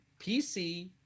PC